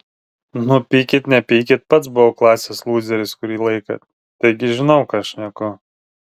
nu pykit nepykit pats buvau klasės lūzeris kurį laiką taigi žinau ką šneku